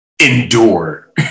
endure